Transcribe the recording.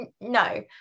no